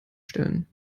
stellen